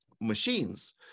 machines